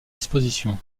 disposition